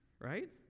Right